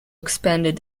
expanded